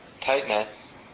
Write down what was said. tightness